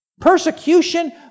Persecution